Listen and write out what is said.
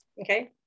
Okay